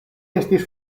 estis